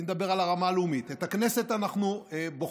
אני מדבר על הרמה הלאומית, את הכנסת אנחנו בוחרים.